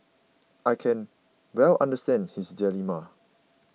I can well understand his dilemma